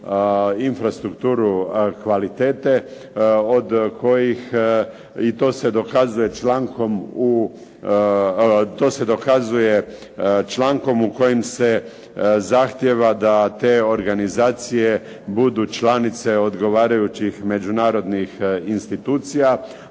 infrastrukturu kvalitete od kojih i to se dokazuje člankom u kojem se zahtjeva da te organizacije budu članice odgovarajućih međunarodnih institucija,